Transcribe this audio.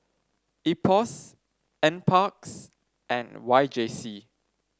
IPOS NParks and Y J C